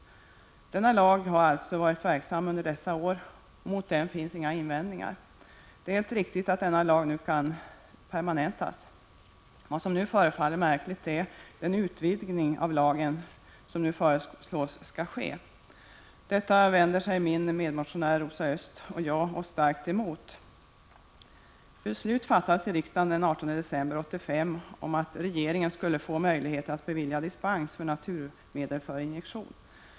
Denna lag har alltså varit verksam under dessa år, och mot den finns inga invändningar. Det är helt riktigt att denna lag nu permanentas. Vad som förefaller märkligt är den utvidgning av lagen som nu föreslås. Detta vänder min medmotionär Rosa Östh och jag oss starkt emot. Beslut fattades i riksdagen den 18 december 1985 om att regeringen skulle få möjligheter att bevilja dispens för naturmedel för injektion.